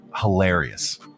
hilarious